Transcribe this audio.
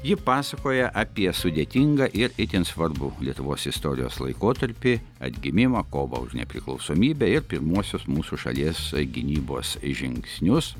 ji pasakoja apie sudėtingą ir itin svarbų lietuvos istorijos laikotarpį atgimimą kovą už nepriklausomybę ir pirmuosius mūsų šalies gynybos žingsnius